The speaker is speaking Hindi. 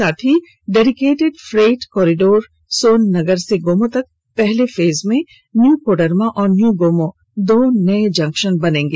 साथ ही dedicated freight corridor Son Nagar से गोमो तक पहले फेज में न्यू कोडरमा और न्यू गोमो दो नया जकंशन बनेगा